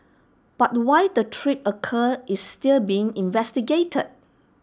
but why the trip occurred is still being investigated